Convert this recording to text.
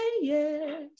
yes